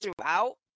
throughout